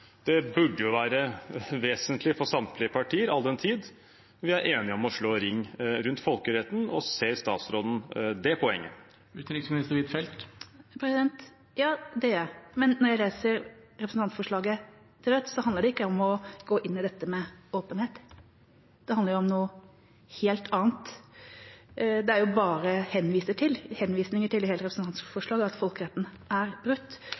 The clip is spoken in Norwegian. burde jo være vesentlig for samtlige partier, all den tid vi er enige om å slå ring rundt folkeretten. Ser ministeren det poenget? Ja, det gjør jeg. Men når jeg leser representantforslaget til Rødt, handler det ikke om å gå inn i dette med åpenhet. Det handler jo om noe helt annet. Det er bare henvisninger til at folkeretten er brutt, i hele